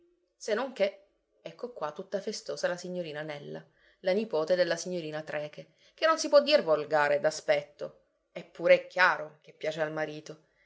non che ecco qua tutta festosa la signorina nella la nipote della signorina trecke che non si può dir volgare d'aspetto eppure è chiaro che piace al marito